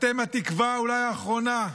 אתם התקווה, אולי האחרונה,